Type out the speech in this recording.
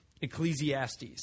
Ecclesiastes